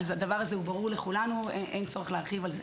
אז הדבר הזה ברור לכולנו, אין צורך להרחיב על זה.